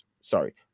Sorry